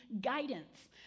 guidance